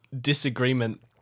disagreement